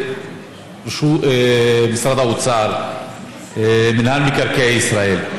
זה משרד האוצר ומינהל מקרעי ישראל.